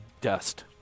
dust